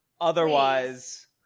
Otherwise